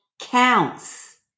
counts